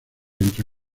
entre